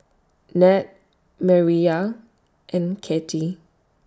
Nat Mireya and Kathey